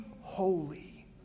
holy